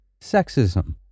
sexism